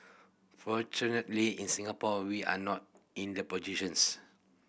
fortunately in Singapore we are not in the positions